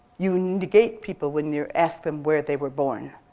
you negate people when you ask them where they were born.